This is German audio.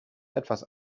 etwas